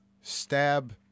stab